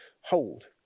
hold